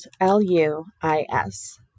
L-U-I-S